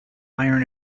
iron